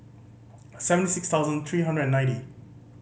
seventy six thousand three hundred and ninety